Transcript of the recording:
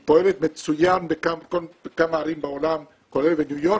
היא פועלת מצוין בכמה ערים בעולם, כולל בניו יורק,